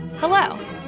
Hello